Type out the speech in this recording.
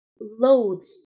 loads